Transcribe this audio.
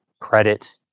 credit